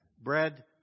bread